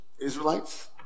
Israelites